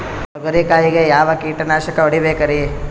ತೊಗರಿ ಕಾಯಿಗೆ ಯಾವ ಕೀಟನಾಶಕ ಹೊಡಿಬೇಕರಿ?